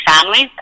families